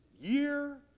year